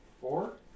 four